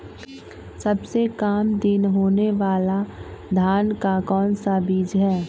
सबसे काम दिन होने वाला धान का कौन सा बीज हैँ?